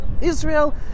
Israel